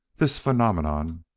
this phenomenon,